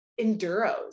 Enduros